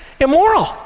immoral